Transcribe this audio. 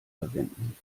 verwenden